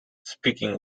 speaking